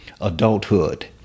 adulthood